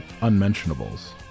unmentionables